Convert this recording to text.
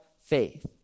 faith